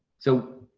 so,